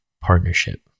partnership